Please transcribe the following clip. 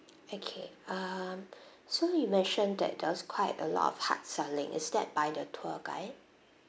okay um so you mentioned that there was quite a lot of hard selling is that by the tour guide